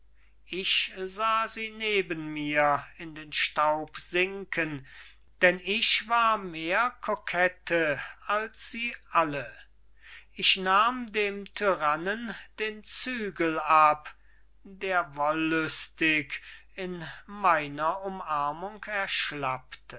ich sah sie neben mir in den staub sinken denn ich war mehr kokette als sie alle ich nahm dem tyrannen den zügel ab der wollüstig in meiner umarmung